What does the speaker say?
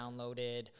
downloaded